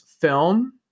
film